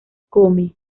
come